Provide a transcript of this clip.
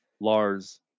Lars